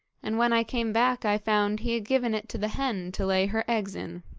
and when i came back i found he had given it to the hen to lay her eggs in.